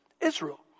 Israel